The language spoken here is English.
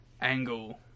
angle